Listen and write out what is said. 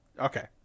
Okay